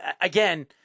Again